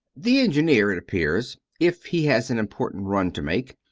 the engineer, it appears, if he has an important run to make,